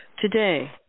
Today